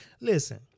Listen